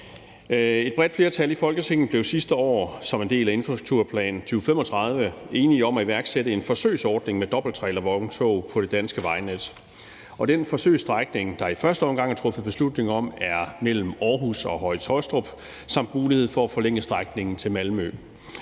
Et bredt flertal i Folketinget blev sidste år som en del af infrastrukturplanen for 2035 enige om at iværksætte en forsøgsordning med dobbelttrailervogntog på det danske vejnet. Den forsøgsstrækning, der i første omgang er truffet beslutning om, er mellem Aarhus og Høje-Taastrup med mulighed for at forlænge strækningen til Malmø.